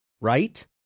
Right